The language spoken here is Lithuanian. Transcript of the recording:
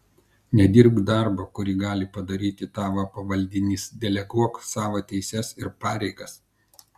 nedirbk darbo kurį gali padaryti tavo pavaldinys deleguok savo teises ir pareigas